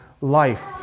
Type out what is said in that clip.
life